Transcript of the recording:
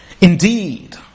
Indeed